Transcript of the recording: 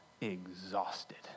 exhausted